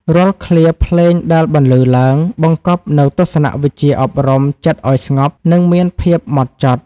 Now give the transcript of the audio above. រាល់ឃ្លាភ្លេងដែលបន្លឺឡើង បង្កប់នូវទស្សនវិជ្ជាអប់រំចិត្តឱ្យស្ងប់ និងមានភាពហ្មត់ចត់។